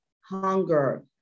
hunger